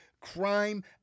crime